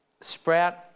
Sprout